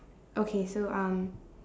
okay so um